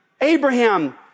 Abraham